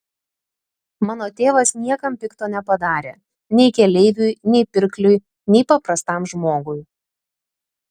mano tėvas niekam pikto nepadarė nei keleiviui nei pirkliui nei paprastam žmogui